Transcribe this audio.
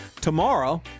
Tomorrow